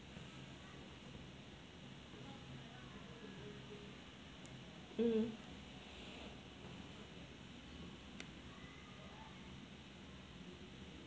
mm